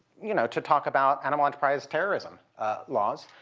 you know to talk about animal enterprise terrorism laws.